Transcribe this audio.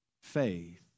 faith